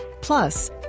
Plus